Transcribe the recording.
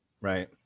Right